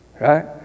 right